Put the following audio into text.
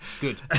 Good